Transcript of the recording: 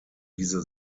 diese